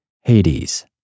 Hades